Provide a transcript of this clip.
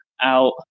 out